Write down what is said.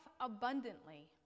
abundantly